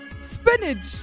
Spinach